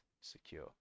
secure